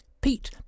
Pete